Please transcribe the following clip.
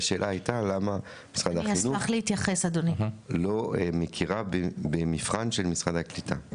והשאלה הייתה למה משרד החינוך לא מכיר במבחן של משרד הקליטה.